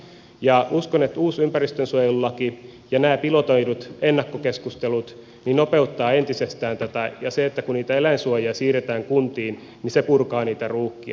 uskon että uusi ympäristönsuojelulaki ja nämä pilotoidut ennakkokeskustelut nopeuttavat entisestään tätä ja kun eläinsuojia siirretään kuntiin niin se purkaa niitä ruuhkia